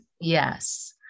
Yes